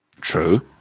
True